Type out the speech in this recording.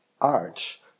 arch